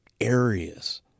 areas